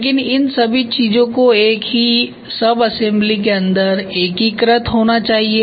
लेकिन इन सभी चीजों को एक ही सब असेम्बली के अंदर एकीकृत होना चाहिए